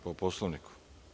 Po Poslovniku.